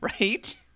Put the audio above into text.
right